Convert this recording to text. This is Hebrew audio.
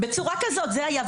בצורה כזאת, כך זה היה.